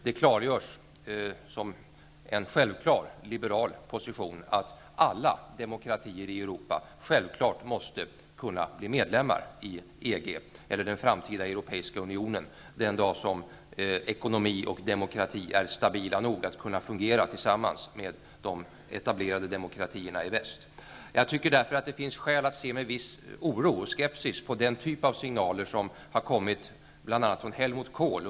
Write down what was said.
Det klargörs som en självklar liberal position att alla demokratier i Europa självfallet måste kunna bli medlemmar i EG, eller den framtida europeiska unionen, den dag ekonomi och demokrati är stabila nog att kunna fungera tillsammans med de etablerade demokratierna i väst. Jag tycker därför att det finns skäl att se med viss oro och skepsis på den typ av signaler som under senare tid har kommit bl.a. från Helmut Kohl.